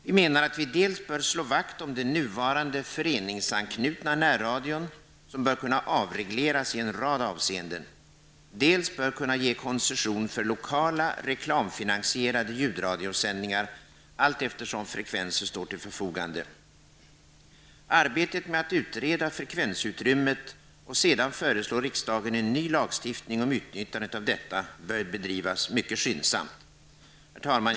Vi menar att vi dels bör slå vakt om den nuvarande föreningsanknutna närradion, som bör kunna avregleras i en rad avseenden, dels bör kunna ge koncession för lokala, reklamfinansierade ljudradiosändningar allteftersom frekvenser står till förfogande. Arbetet med att utreda frekvensutrymmet och sedan föreslå riksdagen en ny lagstiftning om utnyttjandet av detta bör bedrivas mycket skyndsamt. Herr talman!